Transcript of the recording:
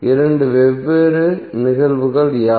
இரண்டு வெவ்வேறு நிகழ்வுகள் யாவை